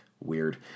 Weird